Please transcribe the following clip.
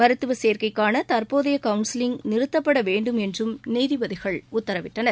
மருத்துவ சேர்க்கைக்கான தற்போதைய கவுன்சிலிங் நிறுத்தப்பட வேண்டும் என்றும் நீதிபதிகள் உத்தரவிட்டனர்